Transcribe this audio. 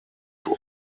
suo